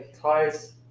Twice